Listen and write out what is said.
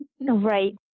Right